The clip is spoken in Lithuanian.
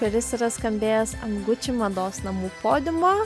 kuris yra skambėjęs ant gucci mados namų podiumo